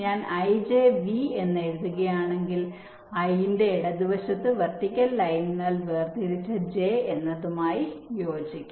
ഞാൻ ijV എന്ന് എഴുതുകയാണെങ്കിൽ ഇത് I ന്റെ ഇടതുവശത്ത് വെർട്ടിക്കൽ ലൈനാൽ വേർതിരിച്ച j എന്നതുമായി യോജിക്കും